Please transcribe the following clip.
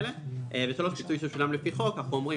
או פיצוי ששולם לפי חוק אנחנו אומרים